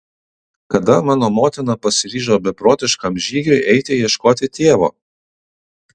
kada mano motina pasiryžo beprotiškam žygiui eiti ieškoti tėvo